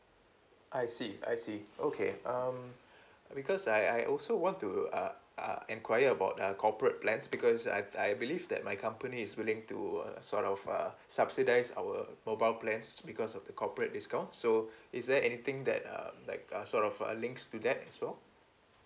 I see I see okay um because I I also want to uh uh enquire about err corporate plans because I I believe that my company is willing to err sort of uh subsidise our mobile plans because of the corporate discount so is there anything that uh like uh sort of err links to that as well